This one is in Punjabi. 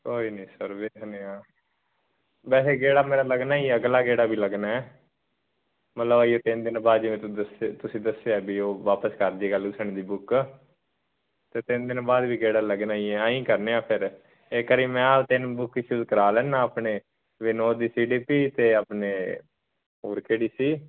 ਕੋਈ ਨਹੀਂ ਸਰ ਵੇਖਣੇ ਆ ਵੈਸੇ ਗੇੜਾ ਮੇਰਾ ਲੱਗਣਾ ਹੀ ਅਗਲਾ ਗੇੜਾ ਵੀ ਲੱਗਣਾ ਮਤਲਬ ਤਿੰਨ ਦਿਨ ਬਾਅਦ ਜਿਵੇਂ ਤੁਸੀਂ ਦੱਸ ਤੁਸੀਂ ਦੱਸਿਆ ਵੀ ਉਹ ਵਾਪਸ ਕਰ ਜੇਗਾ ਲੂਸੈਂਟ ਦੀ ਬੁੱਕ ਅਤੇ ਤਿੰਨ ਦਿਨ ਬਾਅਦ ਵੀ ਗੇੜਾ ਲੱਗਣਾ ਹੀ ਐਂਈ ਕਰਨੇ ਫਿਰ ਇੱਕ ਵਾਰੀ ਮੈਂ ਆਹ ਤਿੰਨ ਬੁੱਕ ਈਸੂ ਕਰਾ ਲੈਂਦਾ ਆਪਣੇ ਵਿਨੋਦ ਦੀ ਸੀਡੀਪੀ ਅਤੇ ਆਪਣੇ ਹੋਰ ਕਿਹੜੀ ਸੀ